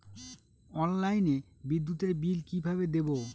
অনলাইনে বিদ্যুতের বিল কিভাবে দেব?